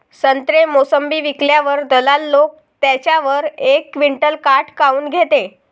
संत्रे, मोसंबी विकल्यावर दलाल लोकं त्याच्यावर एक क्विंटल काट काऊन घेते?